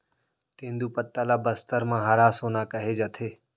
तेंदूपत्ता ल बस्तर म हरा सोना कहे जाथे